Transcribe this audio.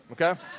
okay